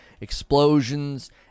Explosions